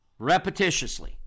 repetitiously